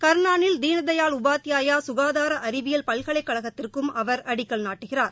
கர்னாலில் தீன் தயாள் உபாத்யாயா சுகாதார அறிவியல் பல்கலைக்கழகத்திற்கும் அவர் அடிக்கல் நாட்டுகிறார்